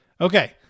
Okay